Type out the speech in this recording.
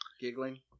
Giggling